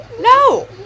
No